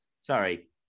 sorry